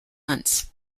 months